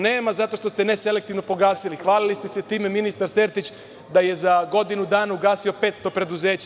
Nema zato što ste neselektivno pogasili, hvalili ste se time, ministar Sertić da je za godinu dana ugasio 500 preduzeća.